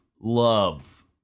love